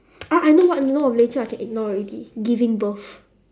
ah I know what law of nature I can ignore already giving birth